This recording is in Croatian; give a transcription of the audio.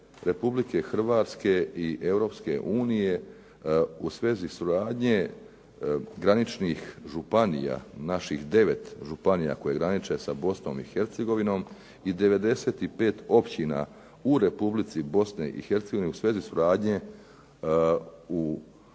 Republike Hrvatske i Europske unije u svezi suradnje graničnih županija, naših 9 županija koje graniče sa Bosnom i Hercegovinom i 95 općina u Republici Bosni i Hercegovini u svezi suradnje u